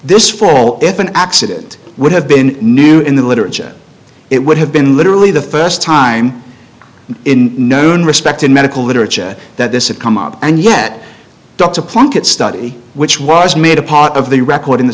this fall if an accident would have been new in the literature it would have been literally the first time in known respected medical literature that this had come up and yet dr plunkett study which was made a part of the record in the